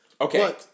Okay